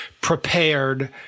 prepared